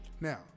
Now